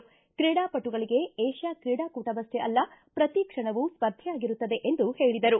ಕ್ರೀಡಾಪಟುಗಳಿಗೆ ಏಷ್ಯಾ ಕ್ರೀಡಾಕೂಟವಪ್ಪೇ ಅಲ್ಲ ಪ್ರತಿ ಕ್ಷಣವೂ ಸ್ಪರ್ಧೆಯಾಗಿರುತ್ತದೆ ಎಂದು ಹೇಳಿದರು